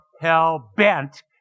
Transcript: hell-bent